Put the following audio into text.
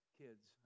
kids